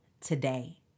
today